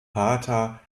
pater